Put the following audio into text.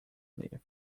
live